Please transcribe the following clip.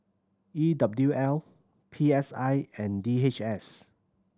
E W L P S I and D H S